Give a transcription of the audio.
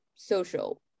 social